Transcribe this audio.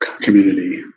community